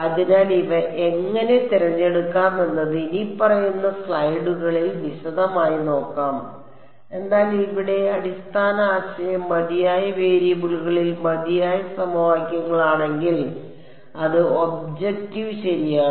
അതിനാൽ ഇവ എങ്ങനെ തിരഞ്ഞെടുക്കാം എന്നത് ഇനിപ്പറയുന്ന സ്ലൈഡുകളിൽ വിശദമായി നോക്കാം എന്നാൽ ഇവിടെ അടിസ്ഥാന ആശയം മതിയായ വേരിയബിളുകളിൽ മതിയായ സമവാക്യങ്ങളാണെങ്കിൽ അത് ഒബ്ജക്റ്റീവ് ശരിയാണ്